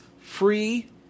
Free